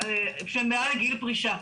שהם מעל גיל פרישה.